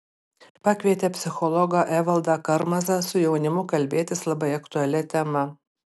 pakvietė psichologą evaldą karmazą su jaunimu kalbėtis labai aktualia tema